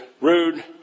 rude